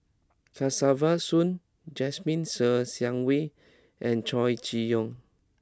Kesavan Soon Jasmine Ser Xiang Wei and Chow Chee Yong